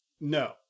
No